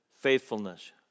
faithfulness